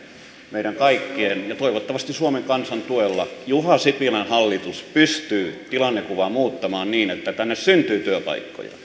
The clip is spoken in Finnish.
meidän kaikkien ja toivottavasti suomen kansan tuella juha sipilän hallitus pystyy tilannekuvaa muuttamaan niin että tänne syntyy työpaikkoja